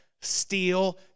Steal